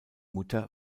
mutter